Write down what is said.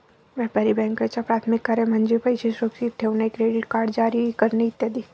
व्यापारी बँकांचे प्राथमिक कार्य म्हणजे पैसे सुरक्षित ठेवणे, क्रेडिट कार्ड जारी करणे इ